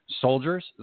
soldiers